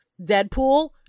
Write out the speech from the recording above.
Deadpool